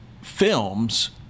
films